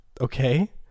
okay